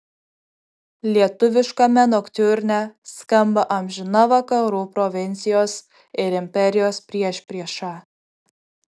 lietuviškame noktiurne skamba amžina vakarų provincijos ir imperijos priešprieša